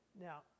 Now